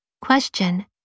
Question